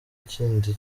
kindi